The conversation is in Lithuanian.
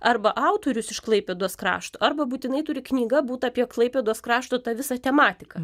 arba autorius iš klaipėdos krašto arba būtinai turi knyga būt apie klaipėdos krašto tą visą tematiką